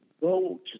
go